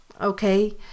okay